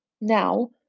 now